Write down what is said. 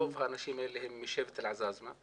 רוב האנשים האלה הם משבט אל-עזאזמה,